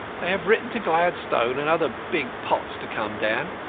they have written to gladstone and other big pots to come down.